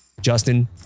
Justin